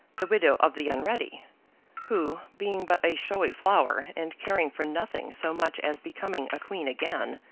the widow of the unready who, being but a showy flower, and caring for nothing so much as becoming a queen again,